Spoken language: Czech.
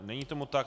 Není tomu tak.